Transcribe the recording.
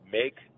make